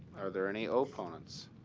are there any opponents?